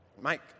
Mike